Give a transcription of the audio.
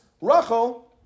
Rachel